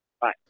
bye